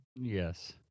Yes